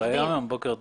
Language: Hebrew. בוקר טוב.